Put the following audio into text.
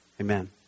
Amen